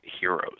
heroes